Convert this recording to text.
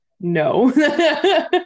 No